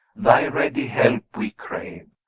thy ready help we crave,